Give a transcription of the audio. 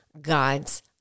God's